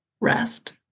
rest